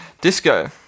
disco